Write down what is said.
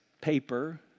paper